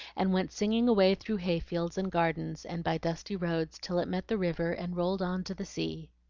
and went singing away through hayfields and gardens, and by dusty roads, till it met the river and rolled on to the sea.